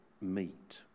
meet